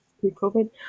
pre-COVID